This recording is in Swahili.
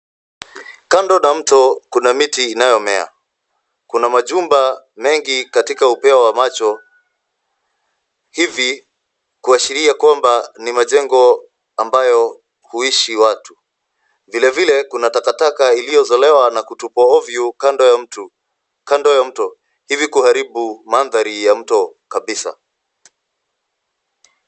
Kando na mto kuna miti inayomea. Kuna majumba mengi katika upeo wa macho hivi kuashiria kwamba ni majengo ambayo husihi watu. Vile vile kuna takataka iliyozolewa na kutupwa ovyo kando ya mto hivi kuharibu mandhari ya mto kabisa.